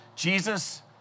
Jesus